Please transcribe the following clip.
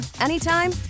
anytime